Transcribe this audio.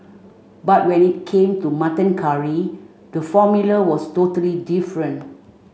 but when it came to mutton curry the formula was totally different